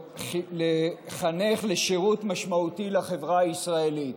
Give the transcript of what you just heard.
שמטרתו לחנך לשירות משמעותי לחברה הישראלית.